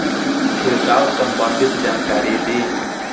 छिड़काव संबंधित जानकारी दी?